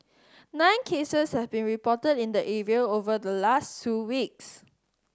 nine cases have been reported in the area over the last two weeks